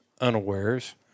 unawares